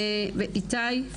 איתי,